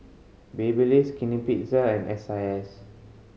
Babyliss Skinny Pizza and S I S